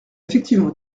effectivement